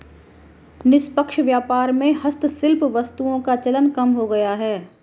निष्पक्ष व्यापार में हस्तशिल्प वस्तुओं का चलन कम हो गया है